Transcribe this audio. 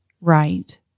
Right